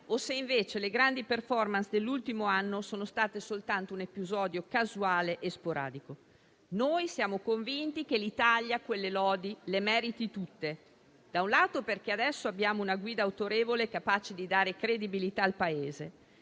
o se invece le grandi *performance* dell'ultimo anno sono state soltanto un episodio casuale e sporadico. Noi siamo convinti che l'Italia quelle lodi le meriti tutte: da un lato, perché adesso abbiamo una guida autorevole capace di dare credibilità al Paese,